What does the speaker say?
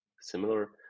similar